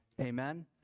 Amen